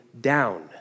down